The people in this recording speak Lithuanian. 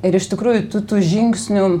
ir iš tikrųjų tų tų žingsnių